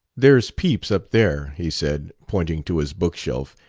there's pepys up there, he said, pointing to his bookshelf,